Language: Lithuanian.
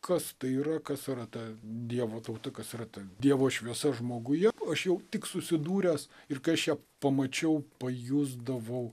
kas tai yra kas yra ta dievo tauta kas yra ta dievo šviesa žmoguje aš jau tik susidūręs ir kai aš ją pamačiau pajusdavau